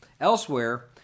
Elsewhere